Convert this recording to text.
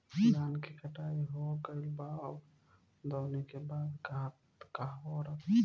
धान के कटाई हो गइल बा अब दवनि के बाद कहवा रखी?